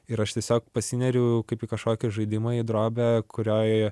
ir aš tiesiog pasineriu kaip į kažkokį žaidimą į drobę kurioj